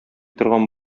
торган